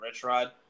Richrod